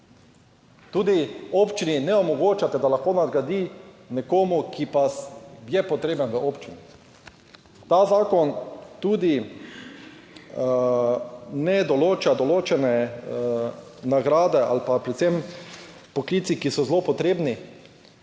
Tudi občini ne omogočate, da lahko nadgradi nekomu, ki pa je potreben v občini. Ta zakon tudi ne določa določene nagrade ali pa predvsem poklici, ki so zelo potrebni,